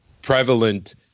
prevalent